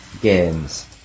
games